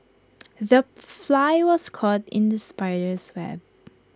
the fly was caught in the spider's web